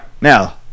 now